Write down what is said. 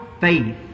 faith